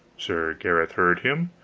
sir gareth heard him,